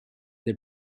they